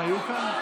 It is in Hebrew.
הם היו כאן?